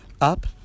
Up